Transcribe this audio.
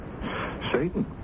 Satan